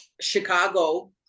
Chicago